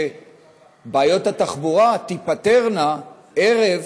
שבעיות התחבורה תיפתרנה ערב